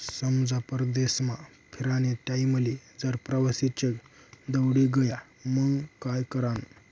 समजा परदेसमा फिरानी टाईमले जर प्रवासी चेक दवडी गया मंग काय करानं?